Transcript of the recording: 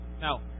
Now